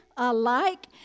Alike